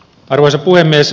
arvoisa puhemies